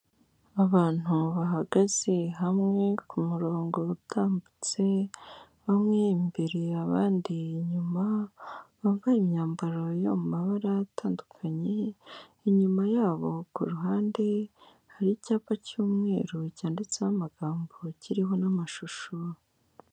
Abantu bahagaze hamwe, ku murongo utambitse, bamwe imbere abandi inyuma, bambaye imyambaro yo mu mabara atandukanye, inyuma yabo ku ruhande, hari icyapa cy'umweru, cyanditseho amagambo, kiriho n'amashusho.